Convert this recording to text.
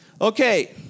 Okay